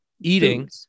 eating